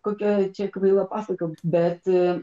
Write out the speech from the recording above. kokia čia kvaila pasaka bet